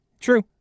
True